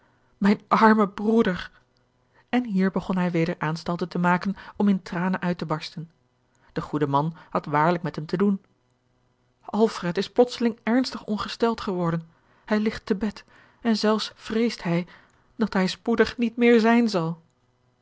mijn arme broeder en hier begon hij weder aanstalten te maken om in tranen uit te barsten de goeden man had waarlijk met hem te doen alfred is plotseling ernstig ongesteld geworden hij ligt te bed en zelfs vreest hij dat hij spoedig niet meer zijn zal